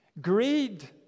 Greed